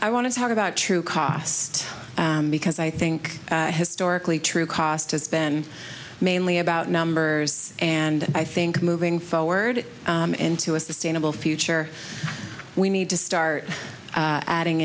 i want to talk about true cost because i think historically true cost has been mainly about numbers and i think moving forward into a sustainable future we need to start adding